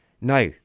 Now